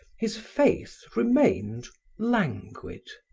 his faith remained languid.